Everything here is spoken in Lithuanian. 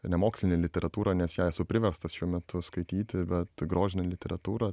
ne mokslinę literatūrą nes ją esu priverstas šiuo metu skaityti bet grožinę literatūrą